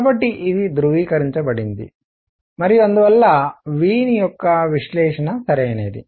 కాబట్టి ఇది ధృవీకరించబడింది మరియు అందువల్ల వీన్ యొక్క విశ్లేషణ సరైనది